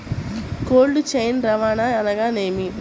Cold chain రవాణా అనగా నేమి?